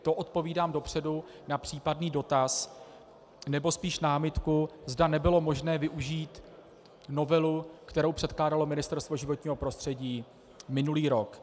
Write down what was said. To odpovídám dopředu na případný dotaz, nebo spíše námitku, zda nebylo možné využít novelu, kterou předkládalo Ministerstvo životního prostředí minulý rok.